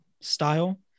style